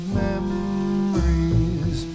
memories